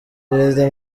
perezida